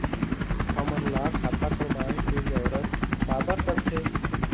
हमन ला खाता क्रमांक के जरूरत का बर पड़थे?